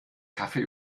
kaffee